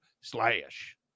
slash